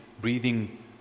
breathing